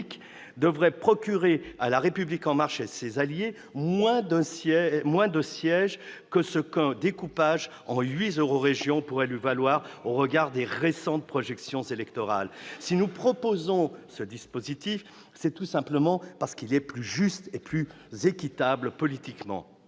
devrait procurer à La République En Marche et à ses alliés moins de sièges que ce qu'un découpage en huit eurorégions pourrait lui valoir, au regard des récentes projections électorales. Si nous proposons ce dispositif, c'est tout simplement qu'il est plus juste et plus équitable politiquement.